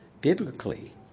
Biblically